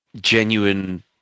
genuine